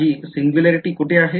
माझी सिंग्युलॅरिटी कुठे आहे